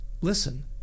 listen